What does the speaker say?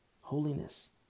Holiness